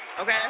Okay